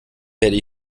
werde